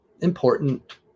important